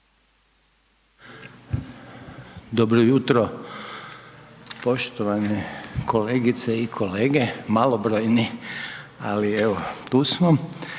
Dobro jutro poštovane kolegice i kolege, malobrojni ali evo tu smo.